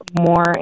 more